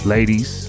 Ladies